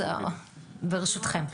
אז ברשותכם.